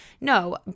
No